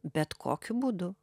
bet kokiu būdu